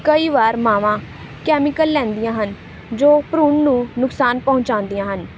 ਕਈ ਵਾਰ ਮਾਵਾਂ ਕੈਮੀਕਲ ਲੈਂਦੀਆਂ ਹਨ ਜੋ ਭਰੂਣ ਨੂੰ ਨੁਕਸਾਨ ਪਹੁੰਚਾਉਂਦੀਆਂ ਹਨ